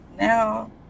now